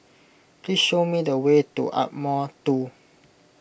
please show me the way to Ardmore two